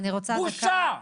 בושה.